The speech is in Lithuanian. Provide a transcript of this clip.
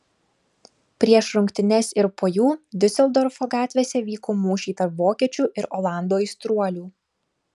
prieš rungtynes ir po jų diuseldorfo gatvėse vyko mūšiai tarp vokiečių ir olandų aistruolių